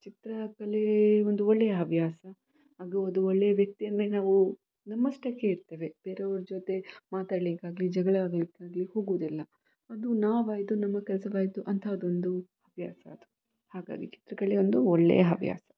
ಚಿತ್ರಕಲೆ ಒಂದು ಒಳ್ಳೆಯ ಹವ್ಯಾಸ ಹಾಗೂ ಅದು ಒಳ್ಳೆಯ ವ್ಯಕ್ತಿ ಅಂದರೆ ನಾವು ನಮ್ಮಷ್ಟಕ್ಕೆ ಇರ್ತೇವೆ ಬೇರೆಯವ್ರ ಜೊತೆ ಮಾತಾಡಲಿಕ್ಕಾಗ್ಲಿ ಜಗಳ ಆಡಲಿಕ್ಕಾಗ್ಲಿ ಹೋಗೋದಿಲ್ಲ ಅದು ನಾವಾಯಿತು ನಮ್ಮ ಕೆಲಸವಾಯ್ತು ಅಂತಹದ್ದೊಂದು ಹವ್ಯಾಸ ಅದು ಹಾಗಾಗಿ ಚಿತ್ರಕಲೆ ಒಂದು ಒಳ್ಳೆಯ ಹವ್ಯಾಸ